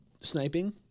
sniping